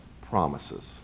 Promises